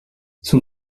son